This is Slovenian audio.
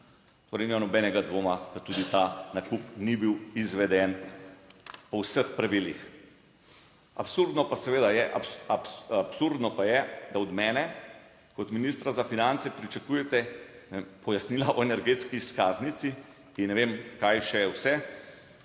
Torej, nimam nobenega dvoma, da tudi ta nakup ni bil izveden. Po vseh pravilih. Absurdno pa seveda je, absurdno pa je, da od mene kot ministra za finance pričakujete pojasnila o energetski izkaznici in ne vem kaj še vse,